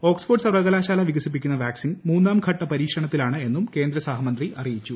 Oxford സർവകലാശാല വികസിപ്പിക്കുന്ന vaccine മൂന്നാം ഘട്ട പരീക്ഷണത്തിലാണ് എന്നും കേന്ദ്ര സഹ മന്ത്രി അറിയിച്ചു